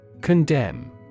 Condemn